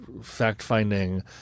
fact-finding